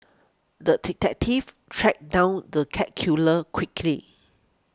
the detective tracked down the cat killer quickly